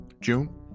June